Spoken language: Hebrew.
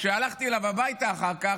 כשהלכתי אליו הביתה אחר כך,